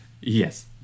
Yes